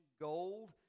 gold